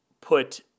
put